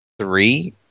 three